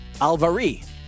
Alvari